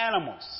animals